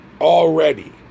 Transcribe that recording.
already